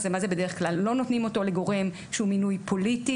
לא נותנים אותו לגורם שהוא מינוי פוליטי.